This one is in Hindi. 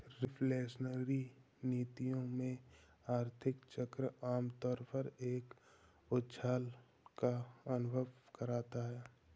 रिफ्लेशनरी नीतियों में, आर्थिक चक्र आम तौर पर एक उछाल का अनुभव करता है